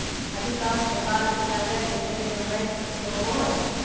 अधिकांश प्रकार के कर्जा के लेनदेन बैंक से होबो हइ